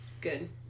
Good